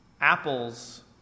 Apples